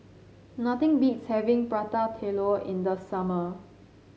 nothing beats having Prata Telur in the summer